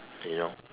you know